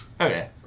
Okay